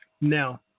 Now